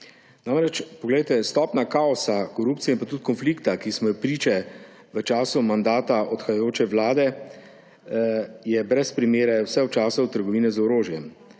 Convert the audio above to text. na plan. Poglejte, stopnja kaosa, korupcije in tudi konflikta, ki smo ji bili priča v času mandata odhajajoče vlade, je brez primere vse od časa trgovine z orožjem.